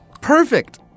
Perfect